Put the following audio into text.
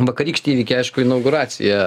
vakarykštį įvykį aišku inauguracija